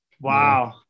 Wow